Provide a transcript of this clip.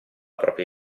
propria